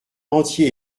entier